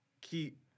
keep